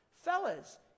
Fellas